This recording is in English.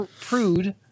prude